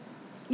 in my shop